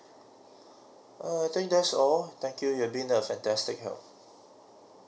err I think that's all thank you've been a fantastic help